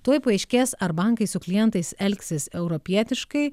tuoj paaiškės ar bankai su klientais elgsis europietiškai